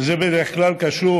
שזה בדרך כלל קשור